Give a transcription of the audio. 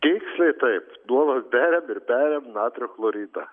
tiksliai taip duoda beriam ir beriam natrio chloridą